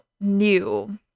new